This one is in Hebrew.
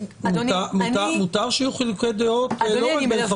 מותר שיהיו חילוקי דעות, לא רק בין חברי הכנסת.